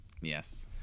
Yes